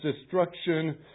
destruction